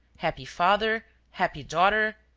happy father! happy daughter!